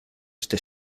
este